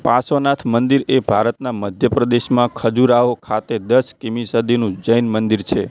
પાર્શ્વનાથ મંદિર એ ભારતના મધ્ય પ્રદેશમાં ખજુરાહો ખાતે દસમી સદીનું જૈન મંદિર છે